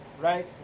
Right